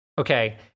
okay